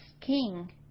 king